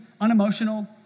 unemotional